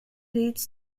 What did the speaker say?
leads